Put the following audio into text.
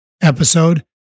episode